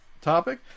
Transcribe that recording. topic